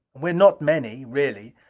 we are not many, really.